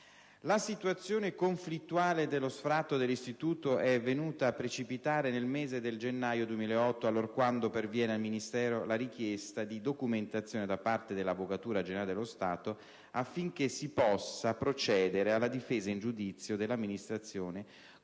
La situazione conflittuale dello sfratto dell'Istituto è venuta a precipitare nel mese di gennaio 2008 allorquando perviene al Ministero la richiesta di documentazione da parte dell'Avvocatura generale dello Stato affinché si possa procedere alla difesa in giudizio dell'amministrazione contro